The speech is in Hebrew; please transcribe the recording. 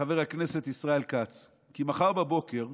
חבר הכנסת ישראל כץ, כי מחר בבוקר,